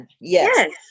Yes